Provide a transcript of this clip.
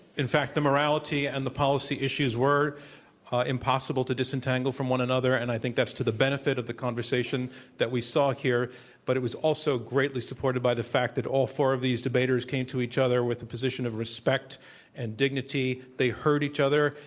in fact, the morality and the policy issues were impossible to disentangle from one another, and i think that's to the benefit of the conversation that we saw here but it was al so greatly supported by the fact that all four of these debaters came to each other with the position of respect and dignity. they heard each other,